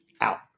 Out